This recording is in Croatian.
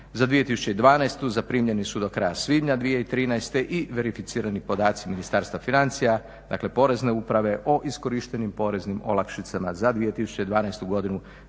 za 2012. zaprimljeni su do kraja svibnja 2013. i verificirani podaci Ministarstva financija, dakle porezne uprave o iskorištenim poreznim olakšicama za 2012. godinu